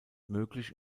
möglich